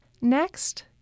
Next